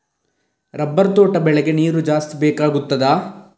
Rubber ತೋಟ ಬೆಳೆಗೆ ನೀರು ಜಾಸ್ತಿ ಬೇಕಾಗುತ್ತದಾ?